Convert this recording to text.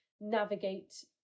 navigate